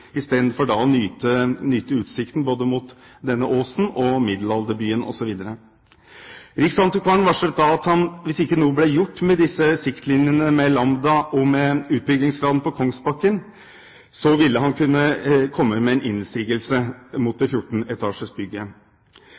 å nyte utsikten både mot denne åsen og Middelalderbyen osv. Riksantikvaren varslet da at han, hvis ikke noe ble gjort med disse siktlinjene med Lambda og med utbyggingsplanen på Kongsbakken, ville kunne komme med en innsigelse mot det 14